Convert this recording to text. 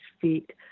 feet